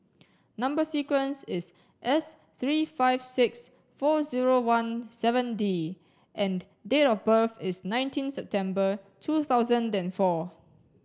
number sequence is S three five six four zero one seven D and date of birth is nineteen September two thousand and four